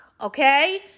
okay